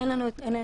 אין לנו התנגדות.